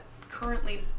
currently